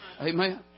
Amen